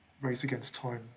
race-against-time